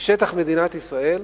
משטח מדינת ישראל,